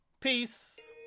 Peace